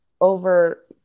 over